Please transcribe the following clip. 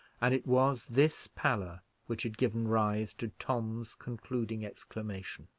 and it was this pallor which had given rise to tom's concluding exclamation.